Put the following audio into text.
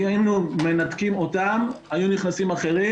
כי אם היינו מנתקים אותם היו נכנסים אחרים.